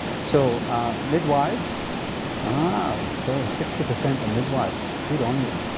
so midwives ah, so sixty percent are midwives. good on you.